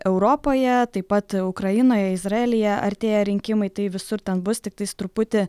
europoje taip pat ukrainoje izraelyje artėja rinkimai tai visur ten bus tiktais truputį